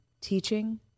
teaching